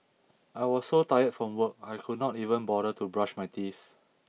I was so tired from work I could not even bother to brush my teeth